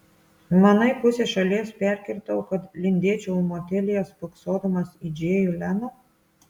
manai pusę šalies perkirtau kad lindėčiau motelyje spoksodamas į džėjų leną